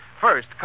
First